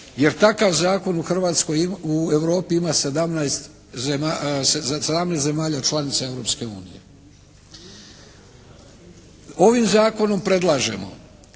jer takav zakon u Hrvatskoj, u Europi ima 17 zemalja članica Europske unije. Ovim zakonom predlažemo